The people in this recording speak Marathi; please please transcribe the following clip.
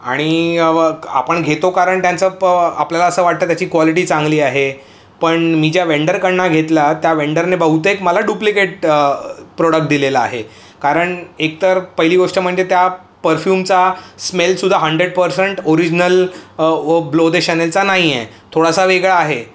आणि आपण घेतो कारण त्यांचं प आपल्याला असं वाटतं त्याची क्वालिटी चांगली आहे पण मी ज्या वेंडरकडनं घेतला त्या वेंडरने बहुतेक मला डुप्लिकेट प्रोडक्ट दिलेलं आहे कारण एकतर पहिली गोष्ट म्हणजे त्या परफ्यूमचा स्मेलसुद्धा हंड्रेड पर्सेंट ओरिजनल व ब्लोदेशनचा नाहीये थोडासा वेगळा आहे